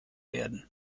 werden